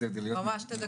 שמי